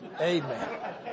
Amen